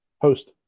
Host